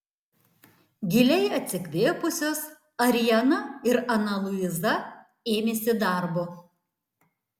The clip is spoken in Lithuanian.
giliai atsikvėpusios ariana ir ana luiza ėmėsi darbo